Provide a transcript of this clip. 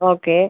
okay